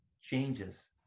changes